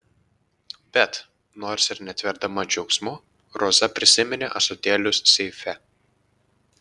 bet nors ir netverdama džiaugsmu roza prisiminė ąsotėlius seife